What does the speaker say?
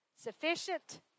Sufficient